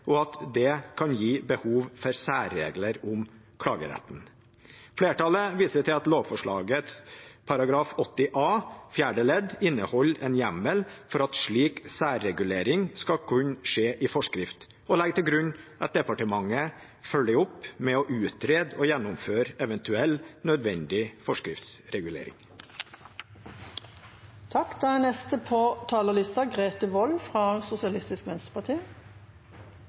og at dette kan gi behov for særregler om klageretten. Flertallet viser til at lovforslaget § 80 a fjerde ledd inneholder en hjemmel for at slik særregulering skal kun skje i forskrift, og legger til grunn at departementet følger opp med å utrede og gjennomføre eventuell nødvendig forskriftsregulering. Utlendingssaker kan være krevende for vårt system å håndtere. Det er